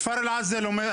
כפר אלעזה אומר,